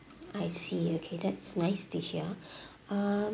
I see okay that's nice to hear um